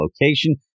location